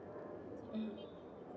mm